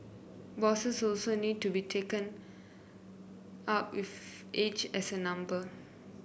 bosses also need to be taken up with age as a number